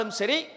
seri